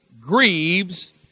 grieves